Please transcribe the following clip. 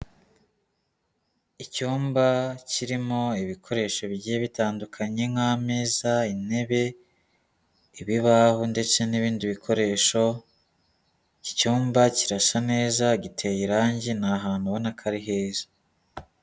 Icyumba kirimo ibikoresho bigiye bitandukanye, nk'ameza, intebe, ibibaho, ndetse n'ibindi bikoresho, iki cyumba kirasa neza, giteye irange, ni ahantu ubona ko ari heza.